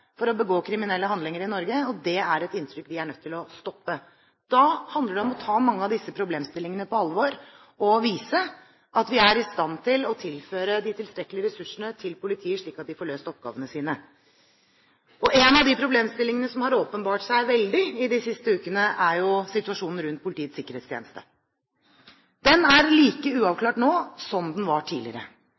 for å begå kriminelle handlinger i Norge. Det er et inntrykk vi er nødt til å stoppe. Da handler det om å ta mange av disse problemstillingene på alvor og vise at vi er i stand til å tilføre tilstrekkelige ressurser til politiet, slik at de får løst oppgavene sine. En av problemstillingene som har åpenbart seg i de siste ukene, er jo situasjonen rundt Politiets sikkerhetstjeneste. Den er like uavklart nå som den var tidligere.